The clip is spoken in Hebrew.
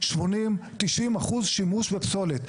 80-90 אחוז שימוש לפסולת,